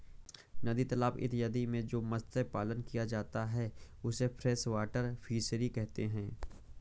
नदी तालाब इत्यादि में जो मत्स्य पालन किया जाता है उसे फ्रेश वाटर फिशरी कहते हैं